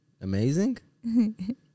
Amazing